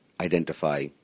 identify